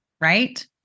right